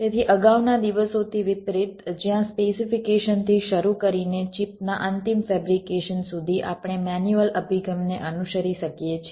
તેથી અગાઉના દિવસોથી વિપરીત જ્યાં સ્પેસિફીકેશન થી શરૂ કરીને ચિપ ના અંતિમ ફેબ્રિકેશન સુધી આપણે મેન્યુઅલ અભિગમને અનુસરી શકીએ છીએ